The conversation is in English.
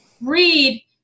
read